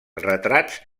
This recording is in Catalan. retrats